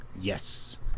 Yes